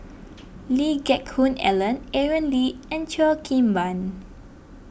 Lee Geck Hoon Ellen Aaron Lee and Cheo Kim Ban